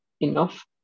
enough